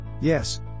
Yes